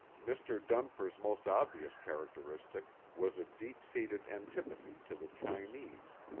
mr. dunfer's most obvious characteristic was a deep-seated antipathy to the chinese.